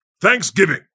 Thanksgiving